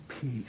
peace